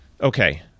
Okay